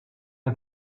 and